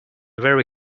very